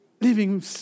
living